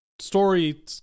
Story